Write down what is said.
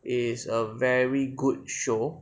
is a very good show